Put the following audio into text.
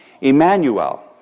Emmanuel